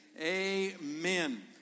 amen